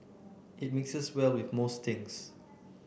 it mixes well with most things